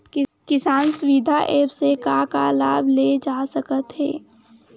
किसान सुविधा एप्प से का का लाभ ले जा सकत हे?